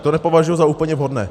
To nepovažuji za úplně vhodné.